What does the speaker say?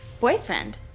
boyfriend